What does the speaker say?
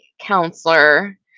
counselor